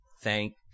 Thank